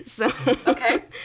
Okay